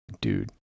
dude